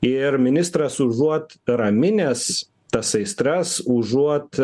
ir ministras užuot raminęs tas aistras užuot